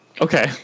Okay